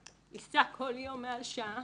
שצריך לנסוע כל יום מעל שעה.